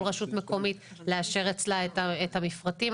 רשות מקומית לאשר אצלה את המפרטים.